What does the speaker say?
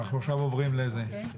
אנחנו עכשיו עוברים לזה.